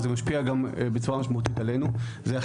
אבל זה משפיע בצורה משמעותית גם עלינו.